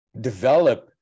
develop